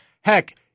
Heck